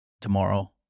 tomorrow